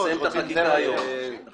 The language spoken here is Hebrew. מינוי סגן ראש רשות), התשע"ט 2019 נתקבלה.